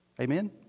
amen